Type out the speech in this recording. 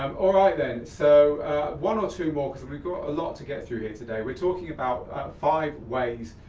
um all right then, so one or two more, cause we've got a lot to get through here today. we're talking about five ways,